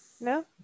No